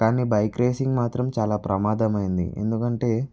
కానీ bike racing మాత్రం చాలా ప్రమాదం అయింది ఎందుకంటే